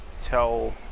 tell